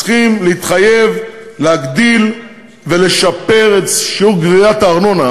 צריכים להתחייב להגדיל ולשפר את שיעור גביית הארנונה.